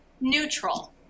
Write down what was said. neutral